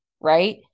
right